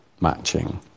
matching